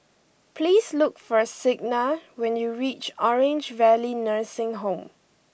please look for Signa when you reach Orange Valley Nursing Home